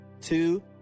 two